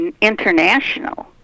international